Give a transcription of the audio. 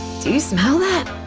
do you smell that?